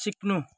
सिक्नु